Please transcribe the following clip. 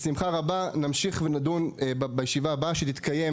בשמחה רבה נמשיך ונדון בישיבה הבאה שתתקיים